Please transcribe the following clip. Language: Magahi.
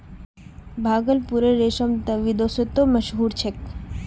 भागलपुरेर रेशम त विदेशतो मशहूर छेक